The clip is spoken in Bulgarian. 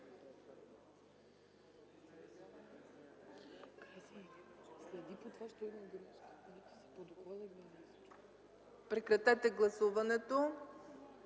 Прекратете гласуването,